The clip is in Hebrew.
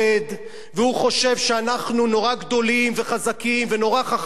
וחושב שאנחנו נורא גדולים וחזקים ונורא חכמים,